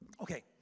Okay